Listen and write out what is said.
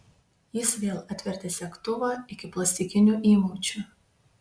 jis vėl atvertė segtuvą iki plastikinių įmaučių